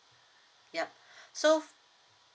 yup so